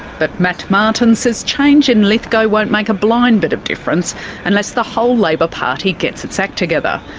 but matt martin says change in lithgow won't make a blind bit of difference unless the whole labor party gets its act together,